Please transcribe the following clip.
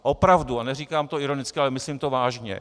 Opravdu, a neříkám to ironicky, ale myslím to vážně.